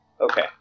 Okay